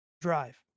Drive